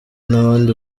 nabandi